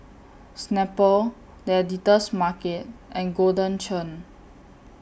Snapple The Editor's Market and Golden Churn